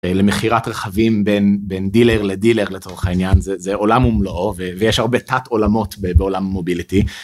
למכירת רכבים בין בין דילר לדילר לצורך העניין זה עולם ומלואו ויש הרבה תת עולמות בעולם המוביליטי.